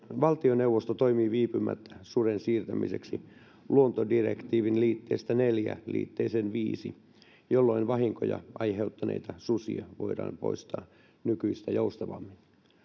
valtioneuvosto toimii viipymättä suden siirtämiseksi luontodirektiivin liitteestä neljään liitteeseen v jolloin vahinkoja aiheuttaneita susia voidaan poistaa nykyistä joustavammin